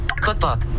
Cookbook